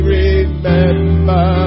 remember